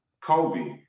Kobe